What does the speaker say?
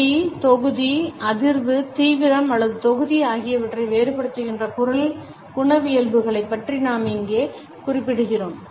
சுருதி தொகுதி அதிர்வு தீவிரம் அல்லது தொகுதி ஆகியவற்றை வேறுபடுத்துகின்ற குரல் குணவியல்புகளைப் பற்றி நாம் இங்கே குறிப்பிடுகிறோம்